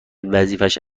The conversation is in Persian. وظیفهش